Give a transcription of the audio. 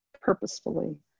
purposefully